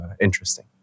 interesting